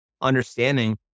understanding